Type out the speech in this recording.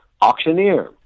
auctioneer